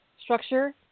structure